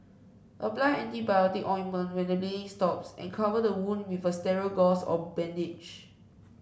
apply antibiotic ointment when the bleeding stops and cover the wound with a sterile gauze or bandage